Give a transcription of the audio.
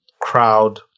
crowd